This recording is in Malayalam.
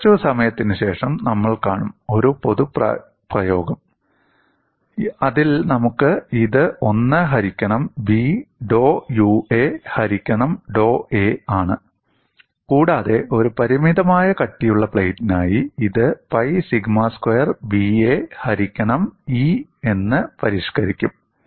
കുറച്ച് സമയത്തിനുശേഷം നമ്മൾ കാണും ഒരു പൊതു പ്രയോഗം അതിൽ നമുക്ക് ഇത് 1 ഹരിക്കണം B ഡോ Ua ഹരിക്കണം ഡോ a ആണ് കൂടാതെ ഒരു പരിമിതമായ കട്ടിയുള്ള പ്ലേറ്റിനായി ഇത് പൈ സിഗ്മ സ്ക്വയർ ba ഹരിക്കണം E എന്ന് പരിഷ്കരിക്കും